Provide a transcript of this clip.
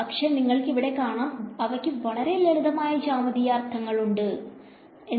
പക്ഷേ നിങ്ങൾക്ക് ഇവിടെ കാണാം അവക്ക് വളരെ ലളിതമായ ജ്യാമീതീയ അർത്ഥങ്ങൾ ആണ് ഉള്ളത് എന്ന്